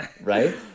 Right